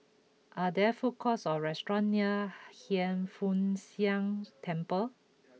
are there food courts or restaurant near Hiang Foo Siang Temple